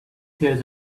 hears